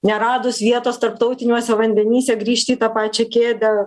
neradus vietos tarptautiniuose vandenyse grįžti į tą pačią kėdę